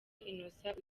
innocent